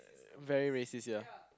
very racist yeah